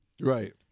Right